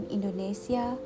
Indonesia